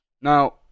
Now